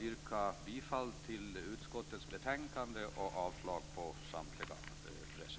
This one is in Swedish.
yrkar jag bifall till utskottets hemställan och avslag på samtliga reservationer.